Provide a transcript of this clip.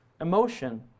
emotion